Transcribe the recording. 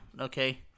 okay